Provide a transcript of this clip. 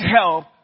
help